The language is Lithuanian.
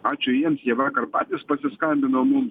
ačiū jiems jie vakar patys pasiskambino mums